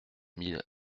mille